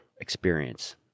experience